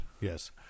yes